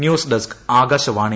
news desk Akashvani